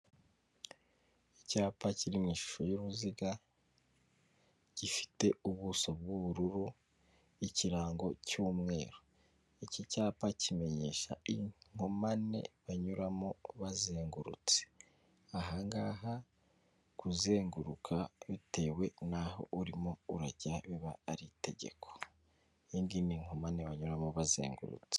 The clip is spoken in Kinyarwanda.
Icyapa kiri mu ishusho y'uruziga gifite ubuso b bw'ubururu ikirango cy'umweru, iki cyapa kimenyesha inkomane banyuramo bazengurutse, aha ngaha kuzenguruka bitewe n'aho urimo urajya biba ari itegeko, iyi ngiyi ni inkomane banyuramo bazengurutse.